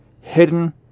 hidden